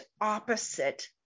opposite